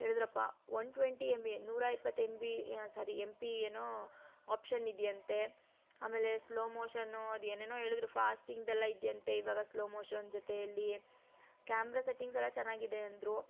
ಹೇಳಿದ್ರಪ್ಪ one twenty M B ನೂರ ಇಪ್ಪತ್ತು M B sorry M P ಏನೋ ಆಪ್ಶನ್ ಇದೆಯಂತೆ ಆಮೇಲೆ ಸ್ಲೋ ಮೋಷನ್ನು ಅದು ಏನೇನೋ ಹೇಳದ್ರು ಫಾಸ್ಟಿಂದೆಲ್ಲ ಇದೆಯಂತೆ ಇವಾಗ ಸ್ಲೋ ಮೋಷನ್ ಜೊತೆಯಲ್ಲಿ ಕ್ಯಾಮ್ರ ಸೆಟ್ಟಿಂಗ್ಸೆಲ್ಲ ಚೆನ್ನಾಗಿದೆ ಅಂದರು